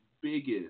biggest